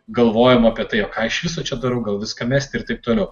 galvojimo apie tai jog ką iš viso čia darau gal viską mesti ir taip toliau